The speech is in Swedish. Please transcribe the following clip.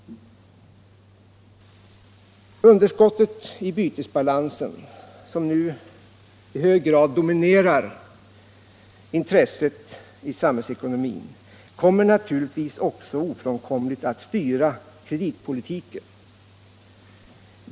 Underskottet i bytesbalansen, som nu i hög grad dominerar intresset i samhällsekonomin, kommer naturligtvis också ofrånkomligt att styra kreditpolitiken.